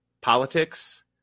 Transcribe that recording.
politics